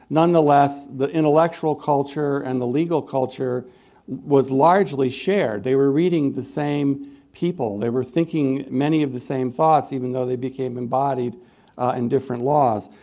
nonetheless, the intellectual culture and the legal culture was largely shared. they were reading the same people. they were thinking many of the same thoughts even though they became embodied in different laws.